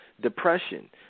depression